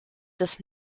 des